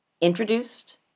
introduced